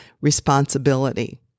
responsibility